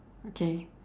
okay